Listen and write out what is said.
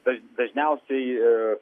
tai dažniausiai